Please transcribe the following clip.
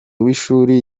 w’ishuri